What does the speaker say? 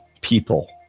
people